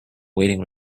waiting